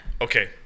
Okay